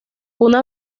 una